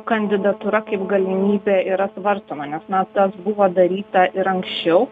kandidatūra kaip galimybė yra svarstoma nes na tas buvo daryta ir anksčiau